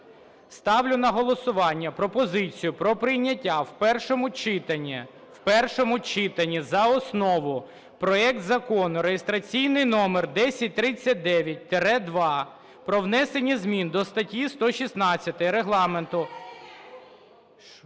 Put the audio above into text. Ставлю на голосування пропозицію про прийняття в першому читанні, в першому читанні за основу проект Закону (реєстраційний номер 1039-2) про внесення змін до статті 116 Регламенту…